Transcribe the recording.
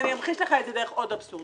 אמחיש לך את זה דרך עוד אבסורד.